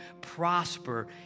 prosper